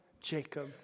Jacob